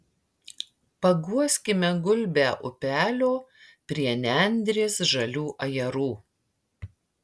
paguoskime gulbę upelio prie nendrės žalių ajerų